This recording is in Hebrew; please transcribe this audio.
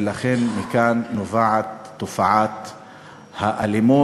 ולכן, מכאן נובעת תופעת האלימות,